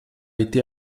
été